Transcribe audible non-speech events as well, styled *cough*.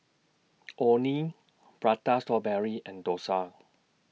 *noise* Orh Nee Prata Strawberry and Dosa